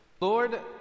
Lord